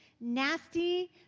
nasty